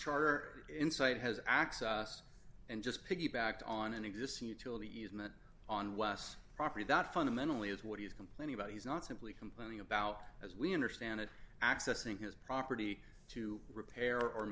charter inside has access and just piggybacked on an existing utility easement on wes property that fundamentally is what he's complaining about he's not simply complaining about as we understand it accessing his property to repair or